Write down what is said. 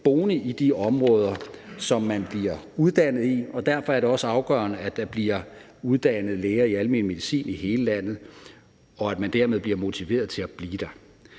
boende i de områder, som man bliver uddannet i. Derfor er det også afgørende, at der bliver uddannet læger i almen medicin i hele landet, og at man dermed bliver motiveret til at blive der.